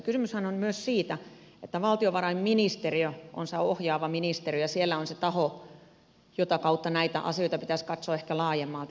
kysymyshän on myös siitä että valtiovarainministeriö on se ohjaava ministeriö ja siellä on se taho jota kautta näitä asioita pitäisi katsoa ehkä laajemmalti